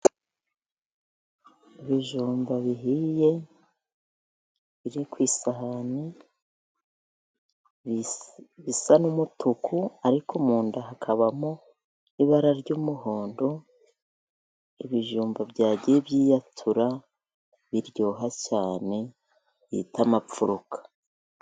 Ibi bijumba bihiye biri ku isahani. Bisa n'umutuku ariko mu nda hakabamo ibara ry'umuhondo. Ibijumba byagiye byiyatura biryoha cyane bita Mapfuruka.